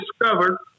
discovered